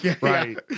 Right